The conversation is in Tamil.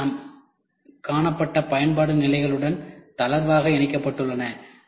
எனவே அவை நாம் காணப்பட்ட பயன்பாட்டு நிலைகளுடன் தளர்வாக இணைக்கப்பட்டுள்ளன